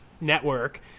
network